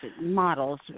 models